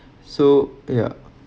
so ya